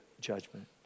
judgment